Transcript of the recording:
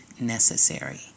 necessary